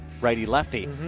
righty-lefty